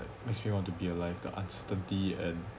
makes me want to be alive the uncertainty and